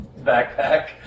backpack